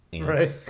right